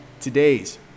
today's